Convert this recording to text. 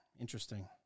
Interesting